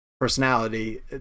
personality